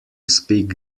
speak